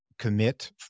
Commit